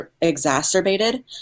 exacerbated